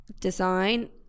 design